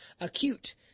acute